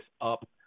up